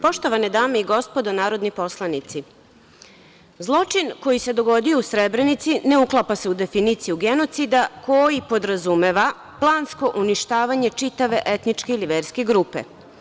Poštovane dame i gospodo narodni poslanici, zločin koji se dogodio u Srebrenici ne uklapa se u definiciju genocida koji podrazumeva plansko uništavanje čitave etničke ili verske grupe.